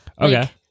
Okay